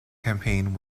campaign